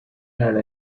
had